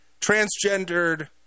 transgendered